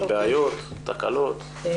איזה בעיות או תקלות יש.